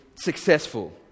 successful